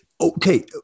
Okay